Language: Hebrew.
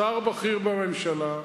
שר בכיר בממשלה,